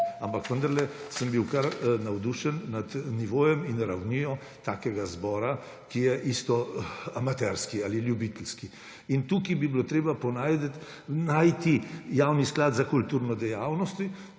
ampak vendarle, sem bil kar navdušen nad nivojem in ravnjo takega zbora, ki je isto amaterski ali ljubiteljski. In tukaj bi moral Javni sklad za kulturne dejavnosti